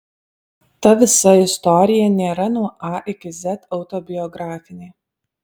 ta visa istorija nėra nuo a iki z autobiografinė